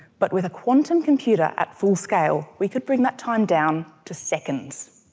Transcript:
but with a quantum computer at full scale, we could bring that time down to seconds.